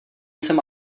jsem